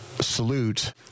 salute